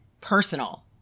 personal